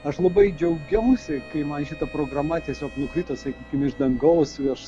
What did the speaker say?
aš labai džiaugiausi kai man šita programa tiesiog nukrito sakykim iš dangaus ir aš